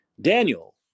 Daniel